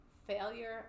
Failure